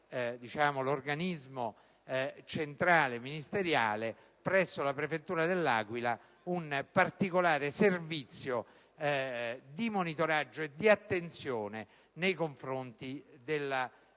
l'organismo centrale ministeriale presso la prefettura dell'Aquila, un particolare servizio di monitoraggio e di attenzione nei confronti del